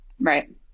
Right